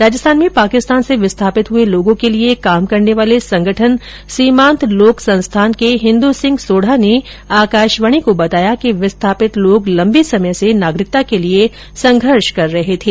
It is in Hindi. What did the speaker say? राजस्थान में पाकिस्तान से विस्थापित हुए लोगों के लिए काम करने वाले संगठन सीमान्त लोक संस्थान के हिन्दू सिंह सोढा ने आकाशवाणी को बताया कि विस्थापित लोग लम्बे समय से नागरिकता के लिए संघर्ष कर रहे थे